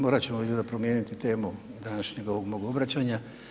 Morati ćemo izgleda promijeniti temu današnjeg ovog mog obraćanja.